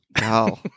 Wow